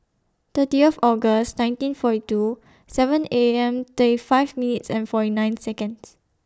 thirtieth August nineteen forty two seven A M thirty five minutes forty nine Seconds